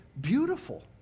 beautiful